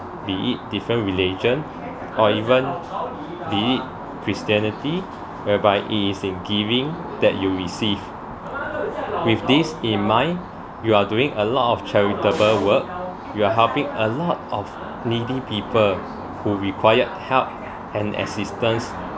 be it different religion or even be it christianity whereby it is a giving that you receive with this in mind you are doing a lot of charitable work you are helping a lot of needy people who required help and assistance